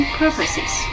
purposes